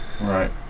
Right